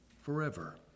forever